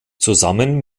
zusammen